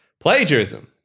plagiarism